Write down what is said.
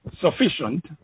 sufficient